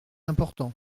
important